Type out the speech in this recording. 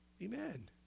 Amen